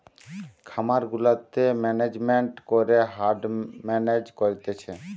খামার গুলাতে ম্যানেজমেন্ট করে হার্ড মেনেজ করতিছে